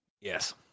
Yes